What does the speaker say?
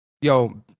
yo